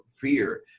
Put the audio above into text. fear